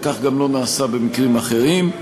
וכך גם לא נעשה במקרים אחרים.